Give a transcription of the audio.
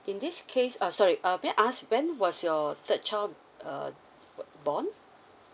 in this case uh sorry uh can I ask when was your third child uh born